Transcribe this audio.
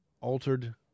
altered